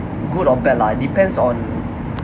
good or bad lah depends on